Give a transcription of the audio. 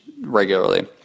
regularly